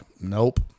Nope